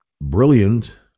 brilliant